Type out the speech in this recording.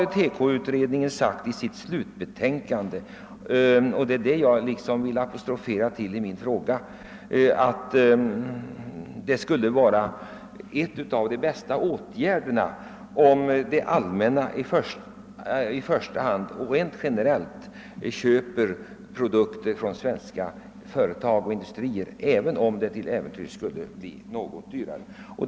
TEKO-utredningen har sagt i sitt slutbetänkande — och det var det jag hänvisade till i min fråga — att en av de bästa åtgärderna skulle vara om det allmänna i första hand och rent generellt köper produkter från svenska företag och industrier, även om det tillfälligtvis skulle bli något dyrare.